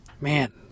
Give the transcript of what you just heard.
Man